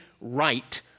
right